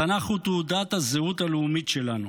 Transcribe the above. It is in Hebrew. התנ"ך הוא תעודת הזהות הלאומית שלנו.